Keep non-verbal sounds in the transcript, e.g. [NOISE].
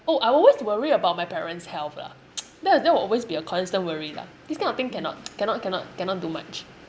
oh I always worry about my parents' health lah [NOISE] that that will always be a constant worry lah this kind of thing cannot [NOISE] cannot cannot cannot do much